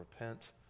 repent